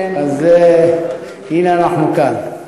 אז הנה, אנחנו כאן.